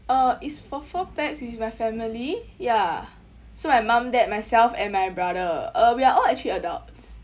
uh is for four pax with my family ya so my mom dad myself and my brother uh we are all actually adults